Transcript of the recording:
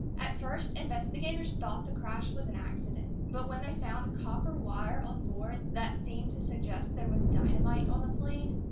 at first, investigators thought the crash was an accident. but when they found copper wire on board that seemed to suggest there was dynamite on the plane,